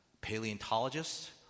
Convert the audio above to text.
Paleontologists